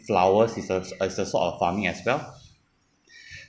flowers is a uh is a sort of farming as well